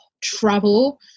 travel